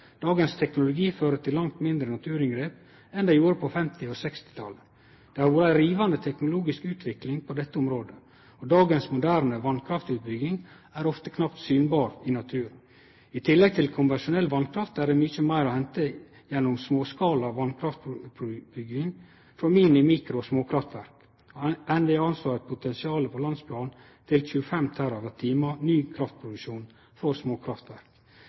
Dagens teknologi fører til langt mindre naturinngrep enn det gjorde på 1950- og 1960-talet. Det har vore ei rivande teknologisk utvikling på dette området. Dagens moderne vasskraftutbygging er ofte knapt synberr i naturen. I tillegg til konvensjonell vasskraft er det mykje meir å hente gjennom småskala vasskraftutbygging frå mini-, mikro- og småkraftverk. NVE anslår eit potensial på landsplan på 25 TWh ny kraftproduksjon frå småkraftverk.